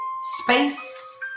space